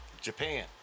Japan